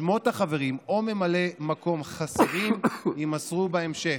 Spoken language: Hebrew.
שמות חברים או ממלאי מקום חסרים יימסרו בהמשך: